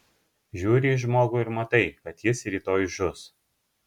žiūri į žmogų ir matai kad jis rytoj žus